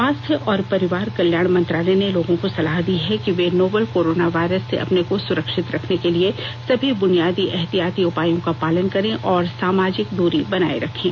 स्वास्थ्य और परिवार कल्याण मंत्रालय ने लोगों को सलाह दी है कि वे नोवल कोरोना वायरस से अपने को सुरक्षित रखने के लिए सभी बुनियादी एहतियाती उपायों का पालन करें और सामाजिक दूरी बनाए रखें